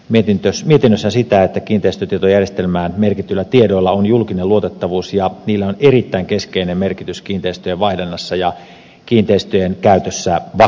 valiokunta painottaa mietinnössään sitä että kiinteistötietojärjestelmään merkityillä tiedoilla on julkinen luotettavuus ja niillä on erittäin keskeinen merkitys kiinteistöjen vaihdannassa ja kiinteistöjen käytössä vakuutena